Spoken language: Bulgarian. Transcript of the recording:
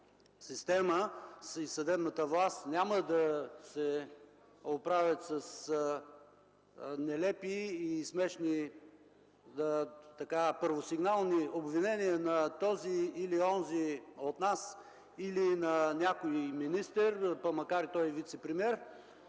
система и съдебната власт няма да се оправят с нелепи и смешни първосигнални обвинения на този или онзи от нас, или на някой министър, па макар и той да е вицепремиер.